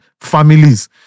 families